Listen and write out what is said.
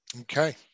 okay